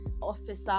officer